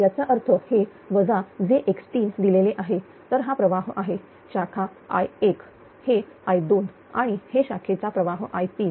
याचा अर्थ हे jx3 दिलेले आहे तर हा प्रवाह आहे शाखाI1 हे I2 आणि हे शाखेचा प्रवाह I3